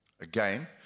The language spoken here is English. Again